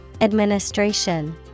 Administration